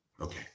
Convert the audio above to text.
Okay